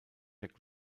jack